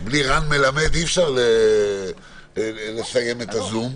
בלי רן מלמד אי-אפשר לסיים את הזום.